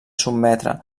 sotmetre